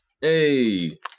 Hey